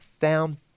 found